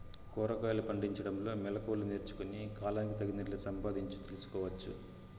కూరగాయలు పండించడంలో మెళకువలు నేర్చుకుని, కాలానికి తగినట్లు సంపాదించు తెలుసుకోవచ్చు